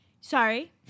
Sorry